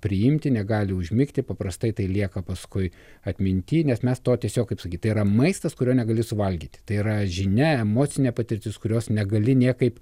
priimti negali užmigti paprastai tai lieka paskui atminty nes mes to tiesiog kaip sakyt yra maistas kurio negali valgyt tai yra žinia emocinė patirtis kurios negali niekaip